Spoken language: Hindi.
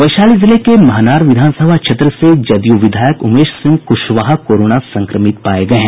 वैशाली जिले के महनार विधानसभा क्षेत्र से जदयू विधायक उमेश सिंह कुशवाहा कोरोना संक्रमित पाये गये हैं